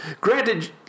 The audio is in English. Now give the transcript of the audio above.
Granted